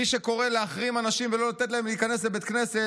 מי שקורא להחרים אנשים ולא לתת להם להיכנס לבית כנסת,